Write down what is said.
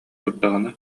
турдаҕына